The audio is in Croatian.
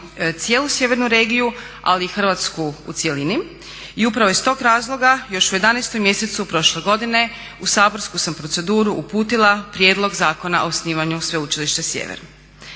cijelu sjevernu regiju ali i Hrvatsku u cjelini. I upravo iz tog razloga još u 11.mjesecu prošle godine u saborsku sam proceduru uputila prijedlog Zakona o osnivanju Sveučilišta Sjever.